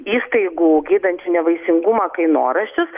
įstaigų gydančių nevaisingumą kainoraščius